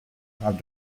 have